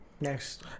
Next